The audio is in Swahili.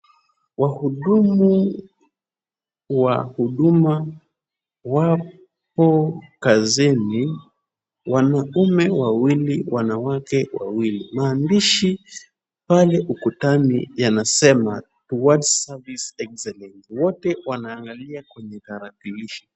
Wahudumu wa huduma wapo kazini, wanaume wawili wanawake wawili. Maandishi pale ukutani yanasema towards service excellence . Wote wanaangalia kwenye tarakilishi.